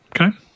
Okay